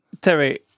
Terry